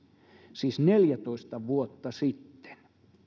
siis neljätoista vuotta sitten